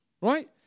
right